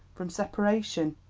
from separation,